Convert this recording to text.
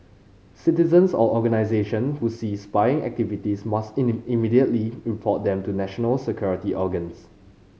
citizens or organisation who see spying activities must immediately report them to national security organs